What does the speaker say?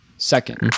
Second